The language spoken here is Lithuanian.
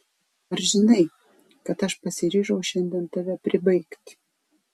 ar žinai kad aš pasiryžau šiandien tave pribaigti